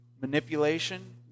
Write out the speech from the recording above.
manipulation